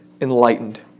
enlightened